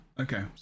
Okay